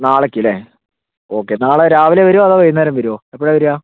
നാളേക്ക് അല്ലേ ഓക്കെ നാളെ രാവിലെ വരുമോ അതോ വൈകുന്നേരം വരുമോ എപ്പോഴാ വരുക